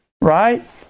Right